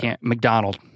McDonald